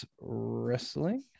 wrestling